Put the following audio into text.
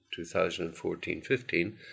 2014-15